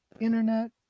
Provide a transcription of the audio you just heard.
internet